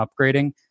upgrading